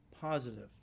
positive